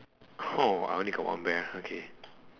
I only got one bear okay